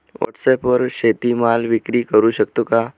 व्हॉटसॲपवर शेती माल विक्री करु शकतो का?